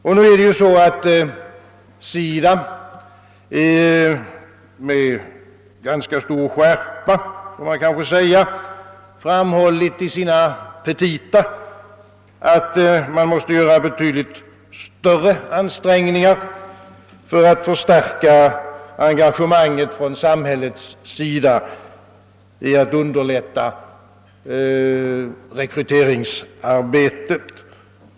SIDA har nu — med ganska stor skärpa, får man väl säga — i sina petita framhållit, att man måste göra betydligt större ansträngningar för att förstärka engagemanget från samhällets sida i att underlätta rekryteringsarbetet.